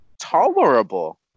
tolerable